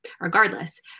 regardless